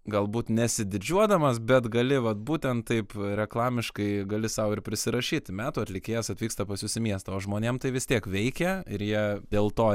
galbūt nesididžiuodamas bet gali vat būtent taip reklamiškai gali sau ir prisirašyti metų atlikėjas atvyksta pas jus į miestą o žmonėm tai vis tiek veikia ir jie dėl to